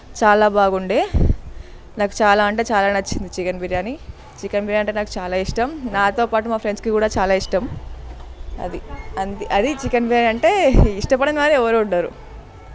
చాలా బాగుండే నాకు చాలా అంటే చాలా నచ్చింది చికెన్ బిర్యాని చికెన్ బిర్యాని అంటే నాకు చాలా ఇష్టం నాతో పాటు మా ఫ్రెండ్స్కి కూడా చాలా ఇష్టం అది అంతే అది చికెన్ బిర్యాని అంటే ఇష్టపడని వాళ్ళు ఎవరూ ఉండరు